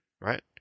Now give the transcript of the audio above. right